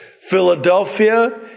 Philadelphia